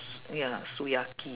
ya